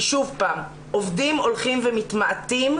כי שוב- העובדים הולכים ומתמעטים,